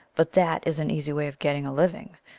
but that is an easy way of getting a living!